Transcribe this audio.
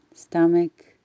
stomach